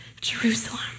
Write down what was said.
Jerusalem